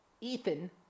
Ethan